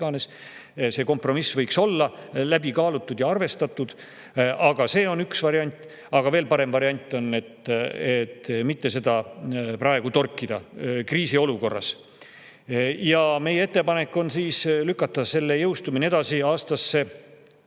See kompromiss võiks olla läbi kaalutud ja arvestatud. See on üks variant, aga veel parem variant on mitte seda praegu torkida kriisiolukorras. Meie ettepanek on lükata selle jõustumine edasi aastasse